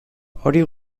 hori